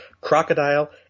crocodile